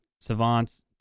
Savants